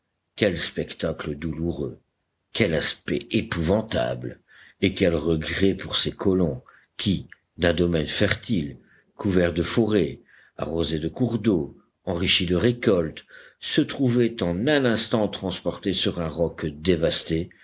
quel spectacle douloureux quel aspect épouvantable et quels regrets pour ces colons qui d'un domaine fertile couvert de forêts arrosé de cours d'eau enrichi de récoltes se trouvaient en un instant transportés sur un roc dévasté